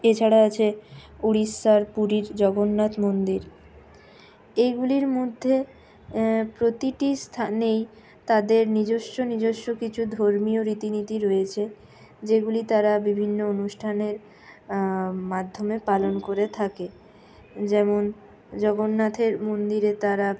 এছাড়া আছে উড়িষ্যার পুরীর জগন্নাথ মন্দির এইগুলির মধ্যে প্রতিটি স্থানেই তাদের নিজস্ব নিজস্ব কিছু ধর্মীয় রীতিনীতি রয়েছে যেগুলি তারা বিভিন্ন অনুষ্ঠানের মাধ্যমে পালন করে থাকে যেমন জগন্নাথের মন্দিরে তারা